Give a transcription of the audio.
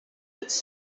its